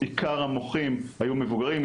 עיקר המוחים היו מבוגרים,